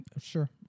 sure